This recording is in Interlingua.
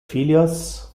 filios